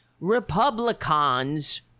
Republicans